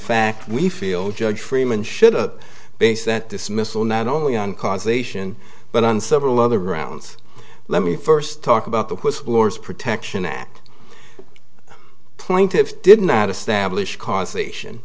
fact we feel judge freeman should a base that dismissal not only on causation but on several other grounds let me first talk about the whistleblowers protection act plaintiffs did not establish causation